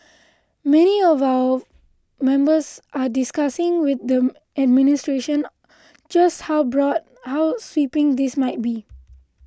many of our members are discussing with the administration just how broad how sweeping this might be